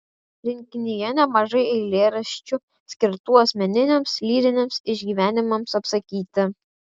rinkinyje nemažai eilėraščių skirtų asmeniniams lyriniams išgyvenimams apsakyti